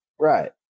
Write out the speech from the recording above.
Right